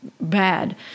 Bad